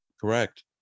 Correct